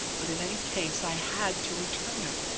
but in any case, i had to return it.